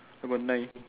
about nine